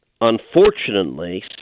Unfortunately